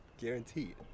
guaranteed